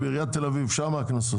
הם יהיו בעיריית תל אביב, שמה הקנסות.